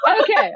Okay